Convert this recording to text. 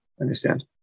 understand